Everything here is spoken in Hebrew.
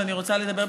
ואני רוצה לדבר,